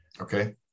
Okay